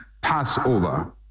passover